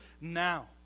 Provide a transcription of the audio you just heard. now